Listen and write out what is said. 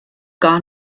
gar